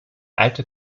alte